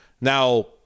Now